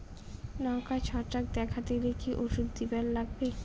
লঙ্কায় ছত্রাক দেখা দিলে কি ওষুধ দিবার লাগবে?